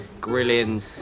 grilling